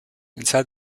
inside